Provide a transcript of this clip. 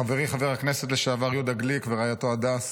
חברי חבר הכנסת לשעבר יהודה גליק ורעייתו הדס,